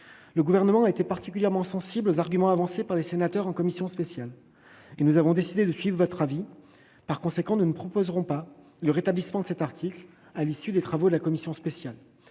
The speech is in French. le Gouvernement a été particulièrement sensible aux arguments avancés par les sénateurs en commission spéciale et a décidé de suivre votre avis. Par conséquent, nous ne proposerons pas le rétablissement de cet article. De plus, un amendement gouvernemental